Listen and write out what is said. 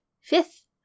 fifth